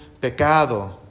pecado